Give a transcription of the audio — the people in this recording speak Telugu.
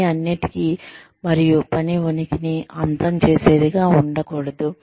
పని అన్నింటికీ మరియు మన ఉనికిని అంతం చేసేదిగా ఉండకూడదు